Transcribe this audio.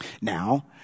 Now